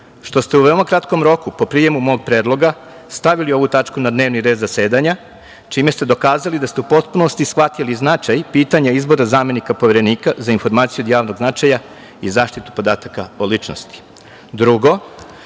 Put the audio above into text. što ste u veoma kratkom roku po prijemu mog predloga stavili ovu tačku na dnevni red zasedanja, čime ste dokazali da ste u potpunosti shvatili značaj pitanja izbora zamenika Poverenika za informacije od javnog značaja i zaštitu podataka o ličnosti. Drugo,